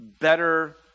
better